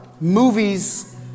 movies